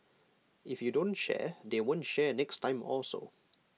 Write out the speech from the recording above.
if you don't share they won't share next time also